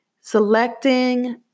Selecting